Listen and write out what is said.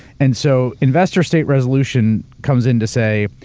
and so investor-state resolution comes into say,